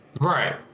right